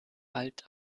alt